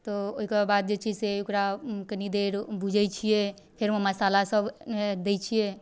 तऽ ओहिके बाद जे छै से ओकरा कनि देर भुजै छिए फेर ओहिमे मसालासब दै छिए